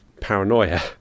paranoia